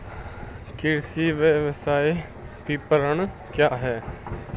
कृषि व्यवसाय विपणन क्या है?